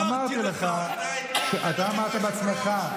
אמרתי לך, אתה אמרת בעצמך.